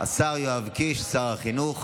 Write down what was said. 37 בעד, 44 מתנגדים.